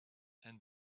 and